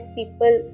people